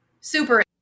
super